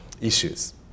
issues